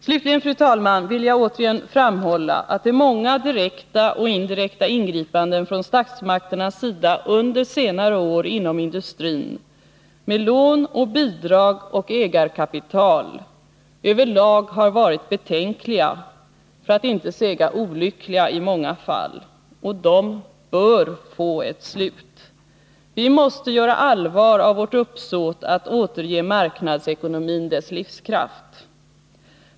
Slutligen, fru talman, vill jag återigen framhålla att de många direkta och indirekta ingripandena från statsmakternas sida under senare år inom industrin, med lån, bidrag och ägarkapital, över lag har varit betänkliga — för att inte säga olyckliga i många fall — och de bör få ett slut. Vi måste göra allvar av vårt uppsåt att återge marknadsekonomin dess livskraft.